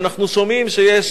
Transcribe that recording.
ואנחנו שומעים שיש